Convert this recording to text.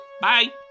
Bye